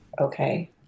Okay